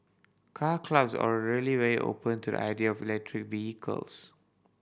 Car Clubs are really very open to the idea of electric vehicles